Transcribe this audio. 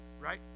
Right